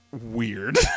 weird